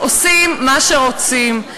עושים מה שרוצים.